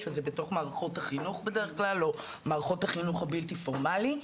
זה בתוך מערכת החינוך בדרך כלל או מערכת החינוך הבלתי פורמאלי.